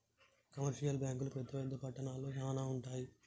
commercial బ్యాంకులు పెద్ద పెద్ద పట్టణాల్లో శానా ఉంటయ్